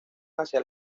hacia